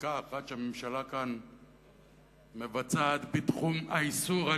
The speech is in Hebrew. לחקיקה אחרת של הממשלה בתחום האיסור על